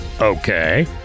Okay